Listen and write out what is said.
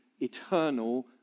eternal